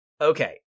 Okay